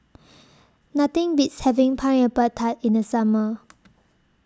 Nothing Beats having Pineapple Tart in The Summer